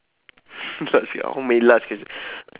how many last question